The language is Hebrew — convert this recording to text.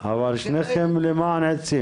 ולשם אנחנו עוד צריכים